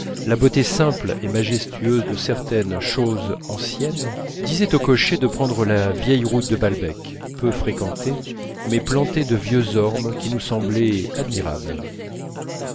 la beauté simple et majestueuse de certaines choses anciennes disait au cocher de prendre la vieille route de balbec peu fréquentée mais plantée de vieux ormes qui nous semblaient admirables